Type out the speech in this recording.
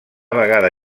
vegada